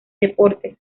deportes